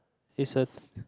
is a